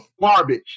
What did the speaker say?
garbage